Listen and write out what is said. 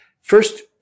first